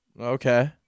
Okay